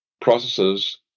processes